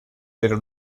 pero